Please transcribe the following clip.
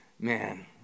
man